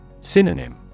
Synonym